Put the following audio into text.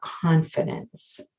confidence